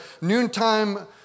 noontime